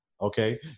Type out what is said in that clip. okay